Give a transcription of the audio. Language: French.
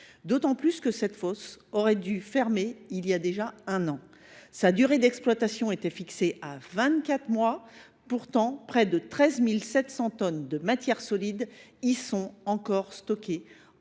et que cette fosse aurait dû fermer il y a déjà un an : sa durée d’exploitation était fixée à vingt quatre mois. Pourtant, près de 13 700 tonnes de matières solides y sont encore stockées,